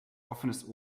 offenes